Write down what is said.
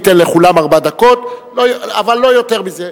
ייתן לכולם ארבע דקות אבל לא יותר מזה.